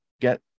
get